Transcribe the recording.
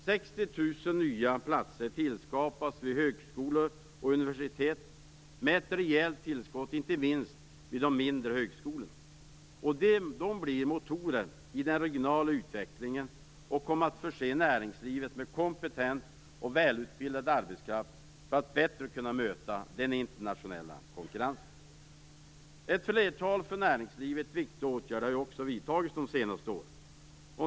60 000 nya platser skapas vid högskolor och universitet, med ett rejält tillskott inte minst vid de mindre högskolorna. De blir motorer i den regionala utvecklingen och kommer att förse näringslivet med kompetent och välutbildad arbetskraft för att de bättre skall kunna möta den internationella konkurrensen. Ett flertal för näringslivet viktiga åtgärder har också vidtagits de senaste åren.